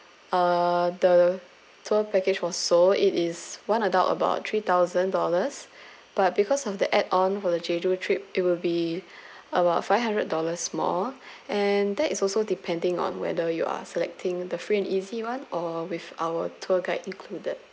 uh the tour package was so it is one adult about three thousand dollars but because of the add on for the jeju trip it will be about five hundred dollars more and that is also depending on whether you are selecting the free and easy one or with our tour guide included